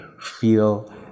feel